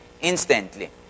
instantly